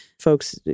folks